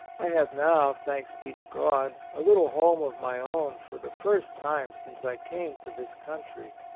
i have now, thanks be to god, a little home of my own for the first time since i came to this country.